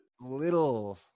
Little